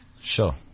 sure